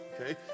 okay